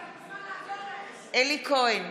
בעד אלי כהן,